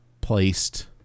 placed